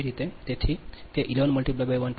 8 કેવી